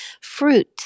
fruit